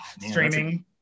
streaming